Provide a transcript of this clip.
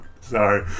sorry